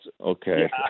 okay